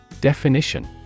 Definition